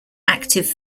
active